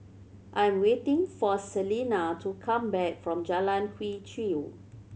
I'm waiting for Selena to come back from Jalan Quee Chew